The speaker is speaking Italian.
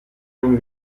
non